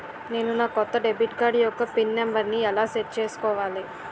నేను నా కొత్త డెబిట్ కార్డ్ యెక్క పిన్ నెంబర్ని ఎలా సెట్ చేసుకోవాలి?